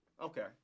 Okay